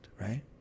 right